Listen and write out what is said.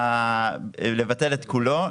לבטל את כולו,